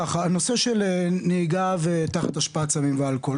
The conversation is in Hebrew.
הנושא של נהיגה תחת השפעת סמים ואלכוהול